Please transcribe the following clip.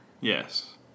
Yes